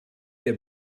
der